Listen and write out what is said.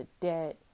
debt